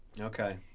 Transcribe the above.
okay